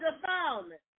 defilement